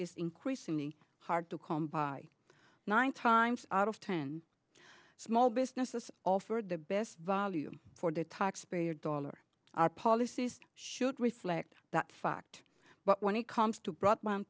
is increasingly hard to come by nine times out of ten small businesses offered the best value for the taxpayer dollar our policies should reflect that fact but when it comes to brought